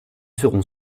seront